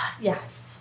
Yes